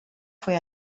fue